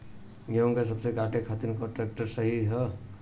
गेहूँ के फसल काटे खातिर कौन ट्रैक्टर सही ह?